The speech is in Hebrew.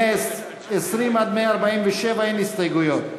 ל-120 147 אין הסתייגויות.